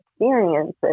experiences